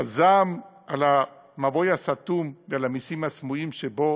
והזעם על המבוי הסתום ועל המסים הסמויים שבו